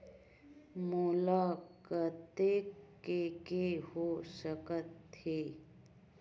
मोला कतेक के के हो सकत हे?